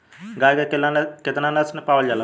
गाय के केतना नस्ल पावल जाला?